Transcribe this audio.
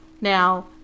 Now